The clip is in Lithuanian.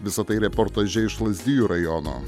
visa tai reportaže iš lazdijų rajono